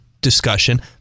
discussion